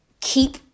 keep